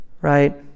right